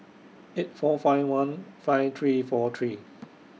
eight four five one five three four three